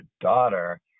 daughter